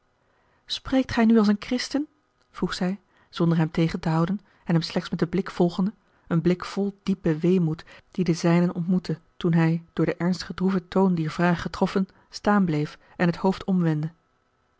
spreekt gij nu als een christen vroeg zij zonder hem tegen te houden en hem slechts met den blik volgende een blik vol diepen weemoed die den zijnen ontmoette toen hij door den ernstig droeven toon dier vraag getroffen staan bleef en het hoofd omwendde